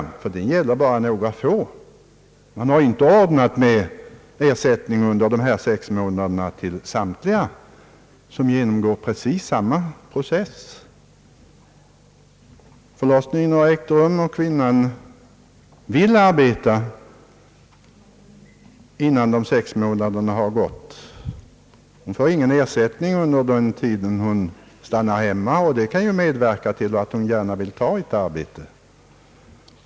Den skulle bara gälla för några få. Man har inte ordnat med ersättning under de sex månaderna till samtliga, som genomgår samma process. Förlossningen har ägt rum och kvinnan vill arbeta innan de sex månaderna har gått ut. Hon får ingen ersättning under den tid då hon stannar hemma, och det kan ju medverka till att hon gärna vill ta ett arbete.